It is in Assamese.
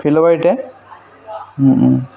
ফিল'বাৰীতে